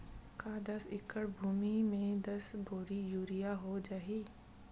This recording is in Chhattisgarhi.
का दस एकड़ भुमि में दस बोरी यूरिया हो जाही?